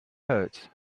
hurts